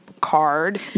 card